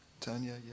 Tanya